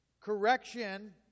correction